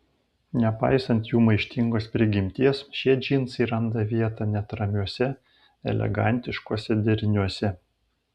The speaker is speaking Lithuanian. nepaisant jų maištingos prigimties šie džinsai randa vietą net ramiuose elegantiškuose deriniuose